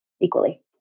Equally